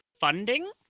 funding